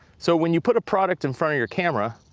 so when you put a product in front of your camera,